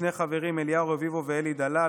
שני חברים: אליהו רביבו ואלי דלל,